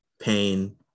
pain